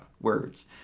words